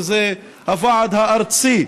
שזה הוועד הארצי,